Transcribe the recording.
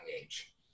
age